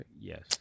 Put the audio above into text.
Yes